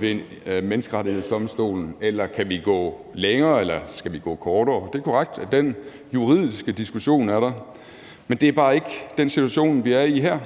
ved Menneskerettighedsdomstolen, eller om man kan gå længere eller ikke skal gå så langt. Det er korrekt, at den juridiske diskussion er der. Men det er bare ikke den situation, vi er i her.